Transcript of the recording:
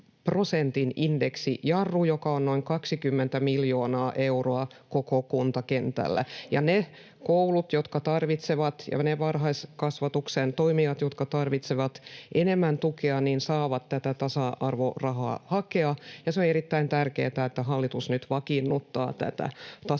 prosentin indeksijarru, joka on noin 20 miljoonaa euroa koko kuntakentällä, ja ne koulut ja varhaiskasvatuksen toimijat, jotka tarvitsevat enemmän tukea, saavat tätä tasa-arvorahaa hakea. On erittäin tärkeätä, että hallitus nyt vakiinnuttaa tätä tasa-arvorahoitusta.